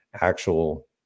actual